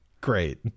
Great